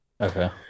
Okay